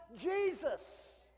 Jesus